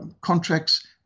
contracts